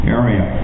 area